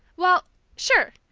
well sure!